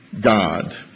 God